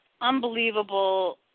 unbelievable